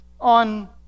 On